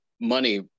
money